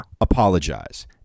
apologize